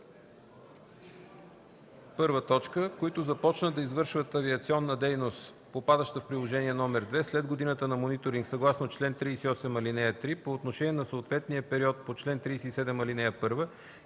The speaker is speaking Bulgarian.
оператори: 1. които започват да извършват авиационна дейност, попадаща в приложение № 2, след годината на мониторинг съгласно чл. 38, ал. 3, по отношение на съответния период по чл. 37, ал. 1,